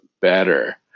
better